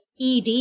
ED